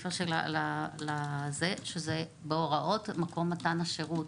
לסיפה שזה בהוראות מקום מתן השירות.